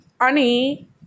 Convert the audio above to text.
Ani